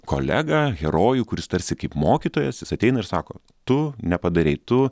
kolegą herojų kuris tarsi kaip mokytojas jis ateina ir sako tu nepadarei tu